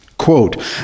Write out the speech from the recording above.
quote